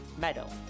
medal